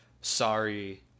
sorry